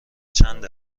چند